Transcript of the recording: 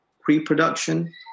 pre-production